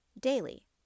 daily